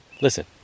Listen